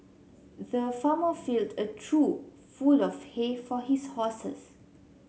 the farmer filled a trough full of hay for his horses